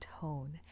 tone